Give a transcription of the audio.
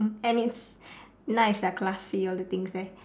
and it's nice lah classy all the things there